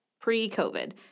pre-COVID